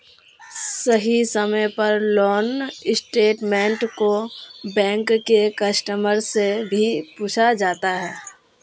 सही समय पर लोन स्टेटमेन्ट को बैंक के कस्टमर से भी पूछा जाता है